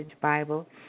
Bible